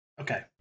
Okay